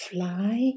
Fly